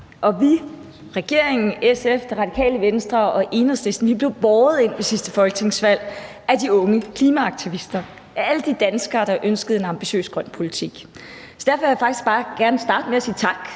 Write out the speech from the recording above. og vi – regeringen, SF, Det Radikale Venstre og Enhedslisten – blev båret ind ved sidste folketingsvalg af de unge klimaaktivister og af alle de danskere, der ønskede en ambitiøs grøn politik. Derfor vil jeg faktisk bare gerne starte med at sige tak